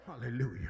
Hallelujah